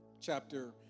chapter